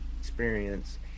experience